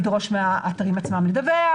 לדרוש מהאתרים עצמם לדווח,